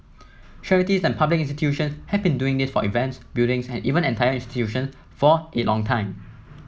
charities and public institution have been doing this for events buildings and even entire institution for a long time